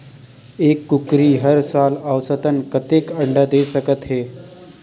एक कुकरी हर साल औसतन कतेक अंडा दे सकत हे?